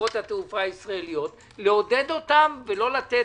חברות התעופה הישראלית לעודד אותם ולא לתת